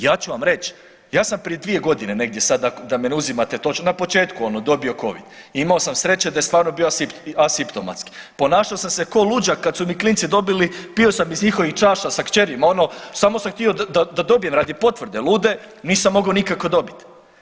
Ja ću vam reći, ja sam prije dvije godine negdje sada da me ne uzimate točno, na početku ono dobio Covid i imao sam sreće da je stvarno bio asimptomatski, ponašao sam se ko luđak kad su mi klinici dobili, pio sam iz njihovih čaša sa kćerima ono samo sam htio da dobijem radi potvrde lude, nisam mogao nikako dobit.